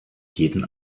jeden